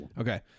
Okay